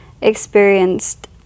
experienced